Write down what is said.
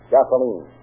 Gasoline